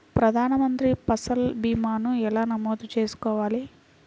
ప్రధాన మంత్రి పసల్ భీమాను ఎలా నమోదు చేసుకోవాలి?